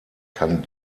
kann